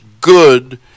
good